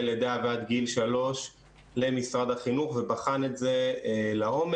לידה ועד גיל שלוש למשרד החינוך ובחן את זה לעומק.